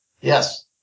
Yes